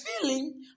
feeling